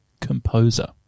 composer